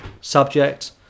subject